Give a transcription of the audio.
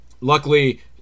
luckily